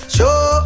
Show